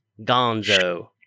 Gonzo